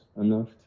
enough